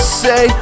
say